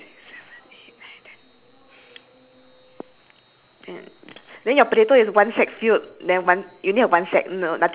and then your bunny eh your bunny is also like uh buy me but got nothing right I mean like uh no other special things not eating any carrot or anything right ya